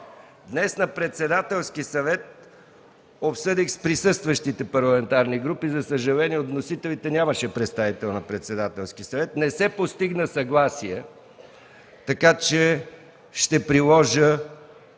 Днес на Председателския съвет обсъдих с присъстващите парламентарни групи – за съжаление от вносителите нямаше представител на Председателския съвет, но не се постигна съгласие. Така че ще приложа